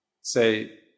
say